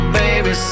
baby